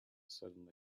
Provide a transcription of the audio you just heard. sudden